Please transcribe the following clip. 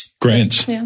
grants